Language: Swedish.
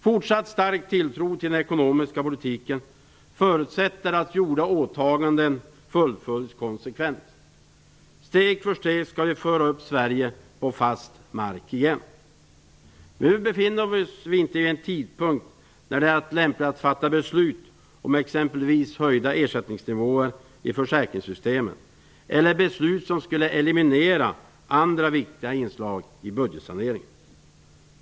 Fortsatt stark tilltro till den ekonomiska politiken förutsätter att gjorda åtaganden fullföljs konsekvent. Steg för steg skall vi föra upp Sverige på fast mark igen. Nu befinner vi oss inte vid en tidpunkt då det är lämpligt att fatta beslut om exempelvis höjda ersättningsnivåer i försäkringssystemen eller beslut som skulle eliminera andra viktiga inslag i budgetsaneringen.